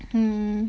hmm